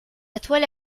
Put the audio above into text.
attuali